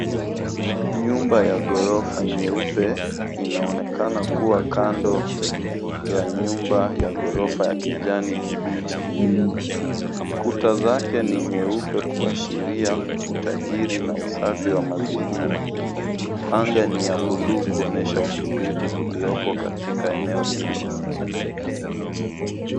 Nyumba ya ghorofa nyeupe inaonekana kuwa kando ya nyumba ya ghorofa ya kijani kibichi. Kuta zake ni nyeupe kuashiria utajiri na usafi wa mazingira. Anga ni ya buluu kuonyesha utulivu uliopo katika eneo hilo.